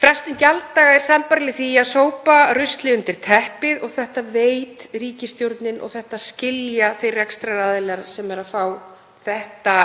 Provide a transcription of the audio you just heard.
Frestun gjalddaga er sambærileg því að sópa ruslinu undir teppið og þetta veit ríkisstjórnin og þetta skilja þeir rekstraraðilar sem eru að fá þetta